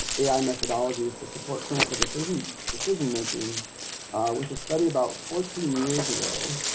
ai methodologies to support clinical decision decision-making with a study about fourteen years ago